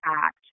act